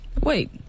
Wait